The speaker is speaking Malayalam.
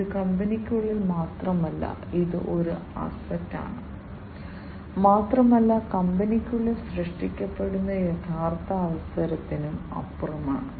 ഇത് കമ്പനിക്കുള്ളിൽ മാത്രമല്ല ഇത് ഒരു അസറ്റാണ് മാത്രമല്ല കമ്പനിക്കുള്ളിൽ സൃഷ്ടിക്കപ്പെടുന്ന യഥാർത്ഥ അവസരത്തിനും അപ്പുറമാണ്